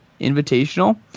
Invitational